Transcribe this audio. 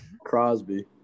Crosby